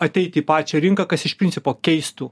ateit į pačią rinką kas iš principo keistų